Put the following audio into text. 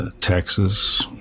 Texas